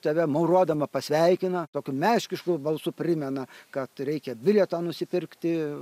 tave maurodama pasveikina tokiu meškiškai balsu primena kad reikia bilietą nusipirkti